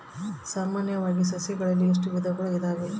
ಸಾಮಾನ್ಯವಾಗಿ ಸಸಿಗಳಲ್ಲಿ ಎಷ್ಟು ವಿಧಗಳು ಇದಾವೆ?